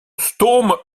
stomme